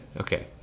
Okay